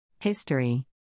History